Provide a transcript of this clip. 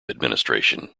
administration